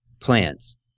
plants